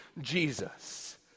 Jesus